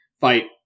fight